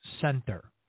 center